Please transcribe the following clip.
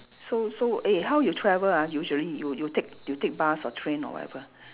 so so eh how you travel ah usually you you take you take bus or train or whatever